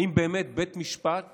האם באמת בית משפט